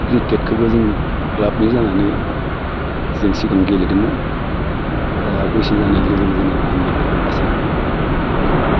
क्रिकेटखौबो जों क्लाबनि जानानै जों सिगां गेलेदोंमोन दा बैसो जानाय लोगो लोगोनो आं बेफोरखौ गासैखौबो नागारजोब्बाय